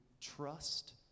trust